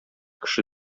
кеше